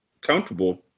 comfortable